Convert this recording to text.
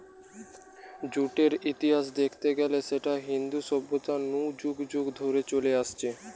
জুটের ইতিহাস দেখতে গিলে সেটা ইন্দু সভ্যতা নু যুগ যুগ ধরে চলে আসছে